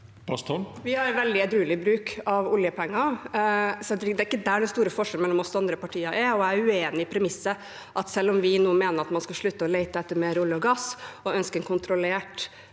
Vi har en veldig edruelig bruk av oljepenger, så det er ikke der de store forskjellene mellom oss og andre partier er. Jeg er uenig i premisset om at når vi mener at man skal slutte å lete etter mer olje og gass og ønsker en kontrollert